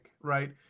right